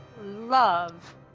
love